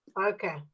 Okay